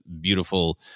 beautiful